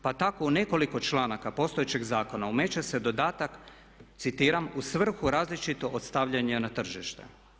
Pa tako u nekoliko članaka postojećeg zakona umeće se dodatak citiram: "… u svrhu različito od stavljanja na tržišta.